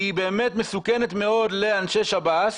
היא באמת מסוכנת מאוד לאנשי שב"ס,